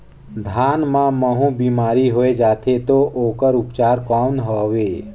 धान मां महू बीमारी होय जाथे तो ओकर उपचार कौन हवे?